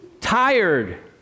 Tired